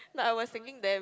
no I was thinking them